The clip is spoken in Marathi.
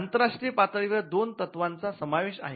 आंतरराष्ट्रीय पातळीवर दोन तत्वाचा समावेश आहे